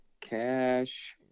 Cash